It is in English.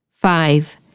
Five